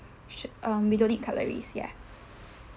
should um we don't need cutleries ya